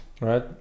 Right